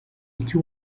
iki